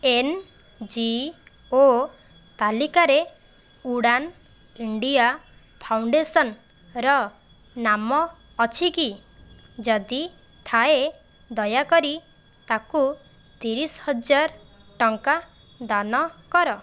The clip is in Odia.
ଏନ ଜି ଓ ତାଲିକାରେ ଉଡ଼ାନ୍ ଇଣ୍ଡିଆ ଫାଉଣ୍ଡେସନ୍ର ନାମ ଅଛିକି ଯଦି ଥାଏ ଦୟାକରି ତାକୁ ତିରିଶ ହଜାର ଟଙ୍କା ଦାନ କର